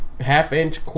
half-inch